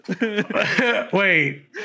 wait